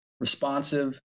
responsive